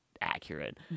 accurate